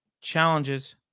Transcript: challenges